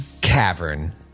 cavern